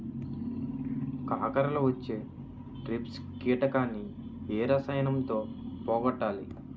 కాకరలో వచ్చే ట్రిప్స్ కిటకని ఏ రసాయనంతో పోగొట్టాలి?